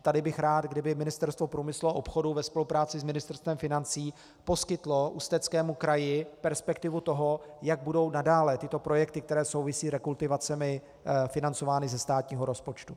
Tady bych rád, kdyby Ministerstvo průmyslu a obchodu ve spolupráci s Ministerstvem financí poskytlo Ústeckému kraji perspektivu toho, jak budou nadále tyto projekty, které souvisí s rekultivacemi, financovány ze státního rozpočtu.